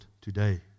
today